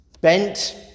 Bent